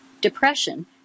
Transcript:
depression